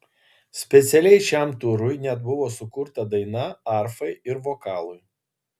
specialiai šiam turui net buvo sukurta daina arfai ir vokalui